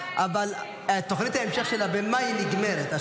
אבל תוכנית ההמשך שלה נגמרת במאי.